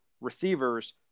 receivers